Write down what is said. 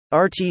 RT